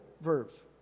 verbs